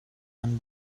and